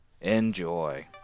Enjoy